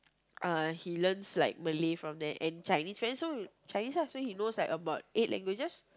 uh he learns like Malay from there and Chinese friends so Chinese ah so he knows like about eight languages